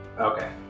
Okay